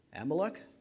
Amalek